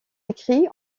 écrits